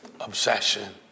obsession